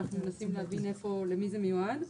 אנחנו מנסים להבין למי זה מיועד.